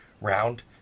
round